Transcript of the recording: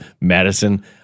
Madison